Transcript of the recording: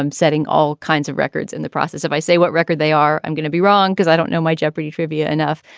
setting all kinds of records in the process. if i say what record they are, i'm gonna be wrong because i don't know my jeopardy trivia enough.